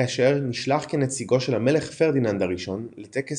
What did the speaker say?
כאשר נשלח כנציגו של המלך פרדיננד הראשון לטקס